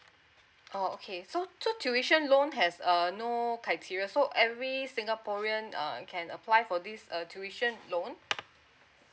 oh okay so so tuition loan has err no criteria so every singaporean uh can apply for this uh tuition loan